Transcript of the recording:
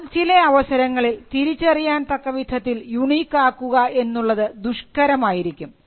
എന്നാൽ ചില അവസരങ്ങളിൽ തിരിച്ചറിയാൻ തക്കവിധത്തിൽ യുണീക്കാക്കുക എന്നുള്ളത് ദുഷ്കരമായിരിക്കും